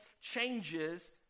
changes